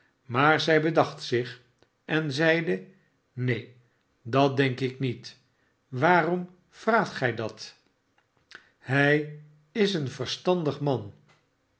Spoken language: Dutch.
maar zij bedacht zich ert zeide neen dat denk ik niet waarom vraagt gij dat hij is een verstandig man